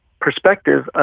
perspective